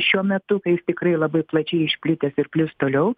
šiuo metu kai jis tikrai labai plačiai išplitęs ir plis toliau